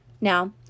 Now